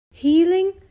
Healing